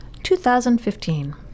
2015